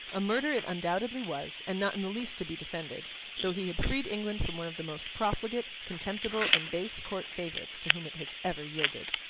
a murder it undoubtedly was, and not in the least to be defended though he had freed england from one of the most profligate, contemptible, and base court favourites to whom it has ever yielded.